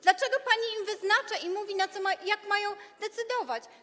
Dlaczego pani im wyznacza i mówi, na co, jak mają decydować?